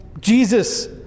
Jesus